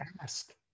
ask